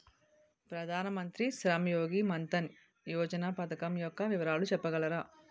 ప్రధాన మంత్రి శ్రమ్ యోగి మన్ధన్ యోజన పథకం యెక్క వివరాలు చెప్పగలరా?